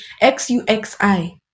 x-u-x-i